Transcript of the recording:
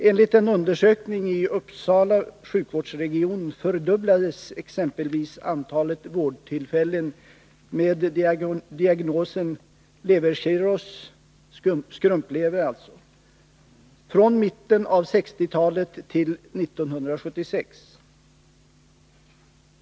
Enligt en undersökning i Uppsala sjukvårdsregion fördubblades exempelvis antalet vårdtillfällen med diagnosen levercirrhos från mitten av 1960-talet till år 1976.